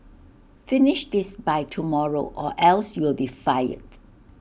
finish this by tomorrow or else you'll be fired